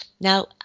Now